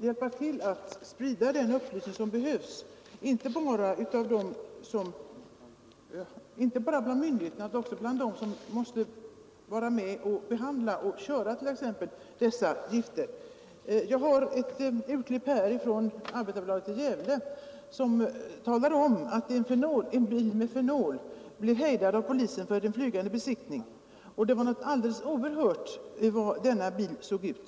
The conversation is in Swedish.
hjälpa till att sprida den upplysning som behövs, inte bara till de handhavande myndigheterna utan också till dem som måste handskas och transportera dessa gifter? Jag har här ett klipp ur Arbetarbladet i Gävle, i vilket det talas om att en bil med fenollast blev hejdad av polisen vid en s.k. flygande besiktning. Det var alldeles oerhört vad den bilen såg ut!